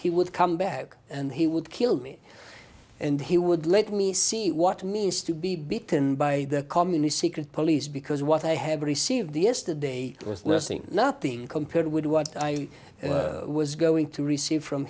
he would come back and he would kill me and he would let me see what it means to be beaten by the communist secret police because what i have received yesterday was nothing nothing compared with what i was going to receive from